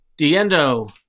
Diendo